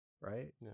right